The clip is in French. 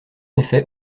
effet